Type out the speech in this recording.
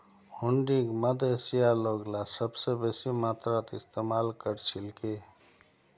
हुंडीक मध्य एशियार लोगला सबस बेसी मात्रात इस्तमाल कर छिल की